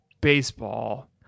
baseball